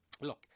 look